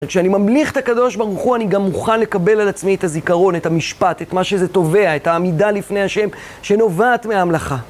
וכשאני ממליך את הקדוש ברוך הוא, אני גם מוכן לקבל על עצמי את הזיכרון, את המשפט, את מה שזה תובע, את העמידה לפני ה' שנובעת מהמלכה.